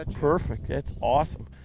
ah perfect! that's awesome!